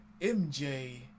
MJ